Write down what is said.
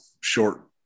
short